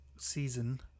season